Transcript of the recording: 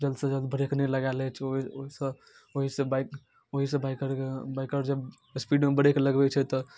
जल्दसँ जल्द ब्रेक नहि लगायल हइ छै ओइसँ ओहीसँ बाइक ओइसँ बाइकरके बाइकर जब स्पीडमे ब्रेक लगबै छै तऽ